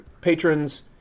patrons